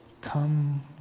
come